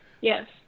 yes